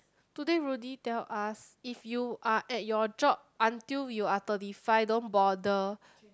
today Rudy tell us if you are at your job until you are thirty five don't bother